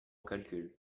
calcul